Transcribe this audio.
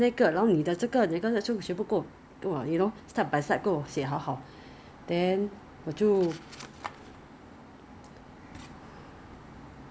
Face Shop 了 but because last time when I I mean I I'm still a member I'm still existing member so sometimes last time I remember Face Shop right your birthday ah you don't have to buy anything you just go in